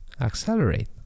accelerate